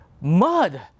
mud